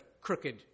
crooked